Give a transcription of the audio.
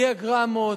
דיאגרמות,